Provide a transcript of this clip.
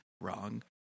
wrong